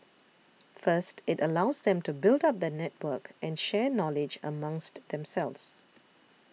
first it allows them to build up the network and share knowledge amongst themselves